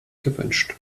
gewünscht